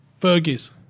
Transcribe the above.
Fergie's